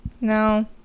No